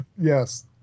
yes